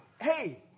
hey